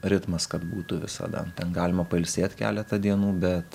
ritmas kad būtų visada ten galima pailsėt keletą dienų bet